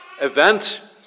event